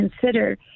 consider